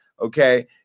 okay